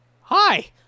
Hi